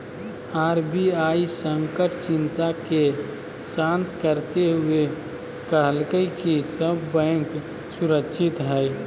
RBI संकट चिंता के शांत करते हुए कहलकय कि सब बैंक सुरक्षित हइ